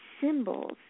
symbols